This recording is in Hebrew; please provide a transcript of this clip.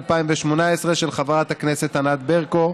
התשע"ט 2018, של חבר הכנסת ענת ברקו,